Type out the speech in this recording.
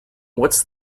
what’s